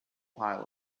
pile